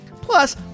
Plus